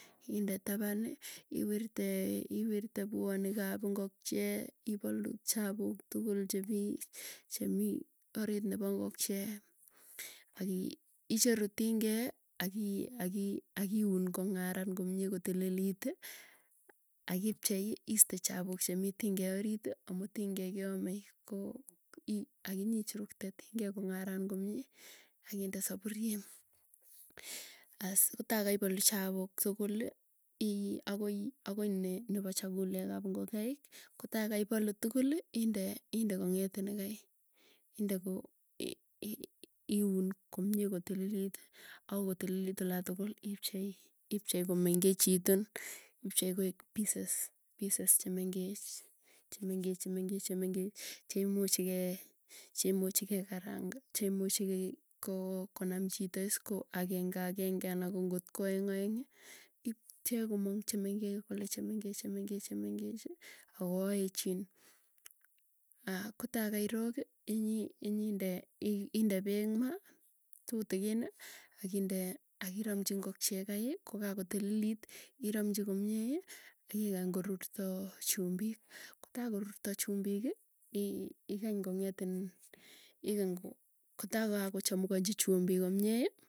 Inde tapani iwirte iwirtee iwirte puanik ap ngokchie, ipalu chapuk tukul chemii chemii orit nepo ngokchie. Akii icheru tingee akii aki akiun, kong'aran komie kotililiti akipchei iste chapuk chemii tingee orit amuu tingee keamei. Koo akinyichurukte tingee kong'aran komie, akinde sapurie. Aas kota kaipalu chapuuk tukuli ii akoi akoi nepo chakulek ap ng'okaik kotaa kaipalu tukuli, ind inde kong'et nekai, inde ko iun komie kotililiti ako kotililit olatugul, ipchei ipchei komengechitun, ipchei koek pieces. Pieces chengech chemengech chemengech cheumuchi kee cheimuchi kekaranga cheimuchi koo konam chito iis ko agenge agenge ana ko ngotko aeng aeng'ii ipche komong chemengech kole chemengech chemengech chemengechi, ako aechin. Ah kotoi kairoki inyi inyinde inde peek maa, tutikini akinde akiramchi ngokchie kai kokakotililit iramchi komiei igany korurto chumbik, kotakorurto chumbiki ii igany kong'et iin kotai kako chamuganchi chumbik komie ii.